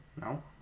No